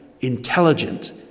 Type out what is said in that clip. intelligent